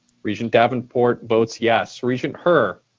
regent davenport votes yes. regent her?